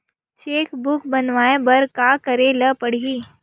Cheque book बनवाय बर का करे ल पड़हि?